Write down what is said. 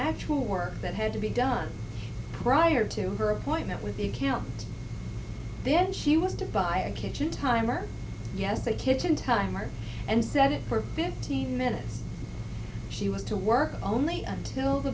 actual work that had to be done prior to her appointment with the camera then she was to buy a kitchen timer yes a kitchen timer and set it for fifteen minutes she was to work only until the